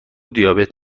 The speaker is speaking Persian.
دیابت